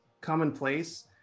commonplace